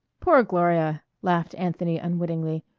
poor gloria! laughed anthony unwittingly,